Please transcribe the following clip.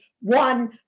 one